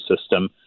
system